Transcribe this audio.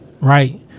Right